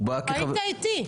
היית איתי.